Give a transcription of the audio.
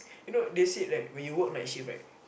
you know they said right when you work night shift right